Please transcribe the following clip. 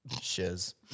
Shiz